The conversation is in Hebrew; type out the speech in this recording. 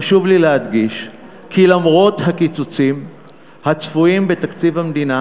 חשוב לי להדגיש כי למרות הקיצוצים הצפויים בתקציב המדינה,